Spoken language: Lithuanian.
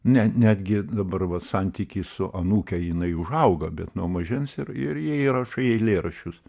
ne netgi dabar vat santykiai su anūke jinai užauga bet nuo mažens ir ir jai rašai eilėraščius